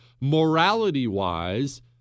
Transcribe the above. morality-wise